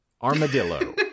armadillo